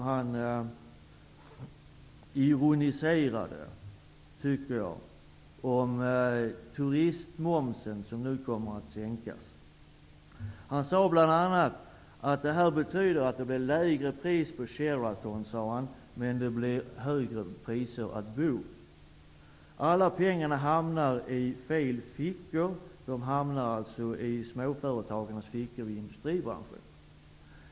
Han ironiserade enligt min mening om att turistmomsen nu kommer att sänkas. Han sade bl.a. att det betyder att det blir lägre pris på Sheraton men dyrare att bo. Alla pengarna hamnar i fel fickor. De hamnar alltså i småföretagarnas fickor i industribranschen.